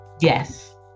yes